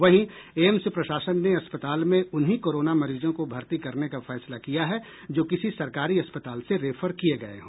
वहीं एम्स प्रशासन ने अस्पताल में उन्हीं कोरोना मरीजों को भर्ती करने का फैसला किया है जो किसी सरकारी अस्पताल से रेफर किये गये हो